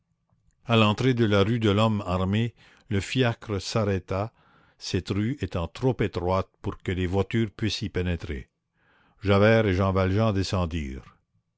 à l'entrée de la rue de lhomme armé le fiacre s'arrêta cette rue étant trop étroite pour que les voitures puissent y pénétrer javert et jean valjean descendirent